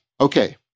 Okay